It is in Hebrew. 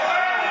זה כואב